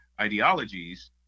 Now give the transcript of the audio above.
ideologies